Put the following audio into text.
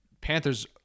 panthers